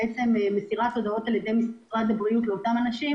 ומסירת הודעות על ידי משרד הבריאות לאותם אנשים.